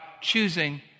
choosing